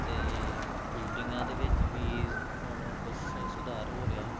ਅਤੇ ਬਿਲਡਿੰਗਾਂ ਦੇ ਵਿੱਚ ਵੀ ਹੁਣ ਕੁਛ ਸੁਧਾਰ ਹੋ ਰਿਹਾ